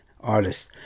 artist